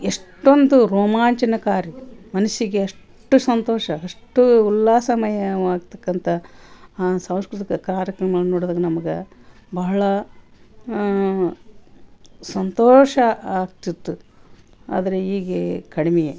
ಎಷ್ಟೊಂದು ರೋಮಾಂಚನಕಾರಿ ಮನಸ್ಸಿಗೆ ಎಷ್ಟು ಸಂತೋಷ ಅಷ್ಟು ಉಲ್ಲಾಸಮಯವಾಗತಕ್ಕಂಥ ಆ ಸಾಂಸ್ಕೃತಿಕ ಕಾರ್ಯಕ್ರಮವನ್ನು ನೋಡ್ದಾಗ ನಮ್ಗೆ ಬಹಳ ಸಂತೋಷ ಆಗ್ತಿತ್ತು ಆದರೆ ಈಗ ಕಡಿಮೆಯೇ